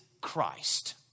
Christ